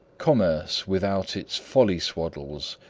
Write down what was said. commerce without its folly-swaddles,